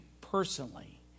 personally